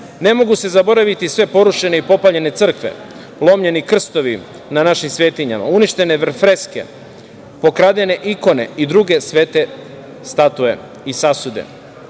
mogu se zaboraviti sve porušene i popaljene crkve, lomljeni krstovi na našim svetinjama, uništene freske, pokradene ikone i druge svete statue i sasude.